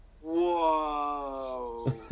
Whoa